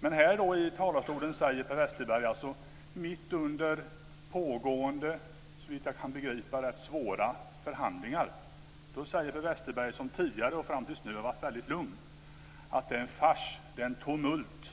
Men här i talarstolen säger Per Westerberg mitt under pågående, såvitt jag kan begripa, rätt svåra förhandlingar - under det att han tidigare fram tills nu varit väldigt lugn - att det är en fars, en tumult;